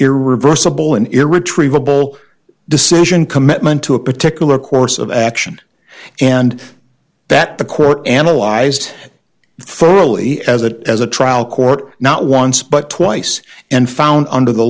irreversible and irretrievable decision commitment to a particular course of action and that the court analyzed thoroughly as a as a trial court not once but twice and found under the